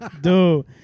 Dude